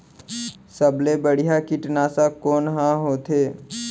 सबले बढ़िया कीटनाशक कोन ह होथे?